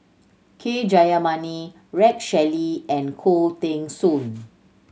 K Jayamani Rex Shelley and Khoo Teng Soon